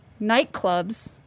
nightclubs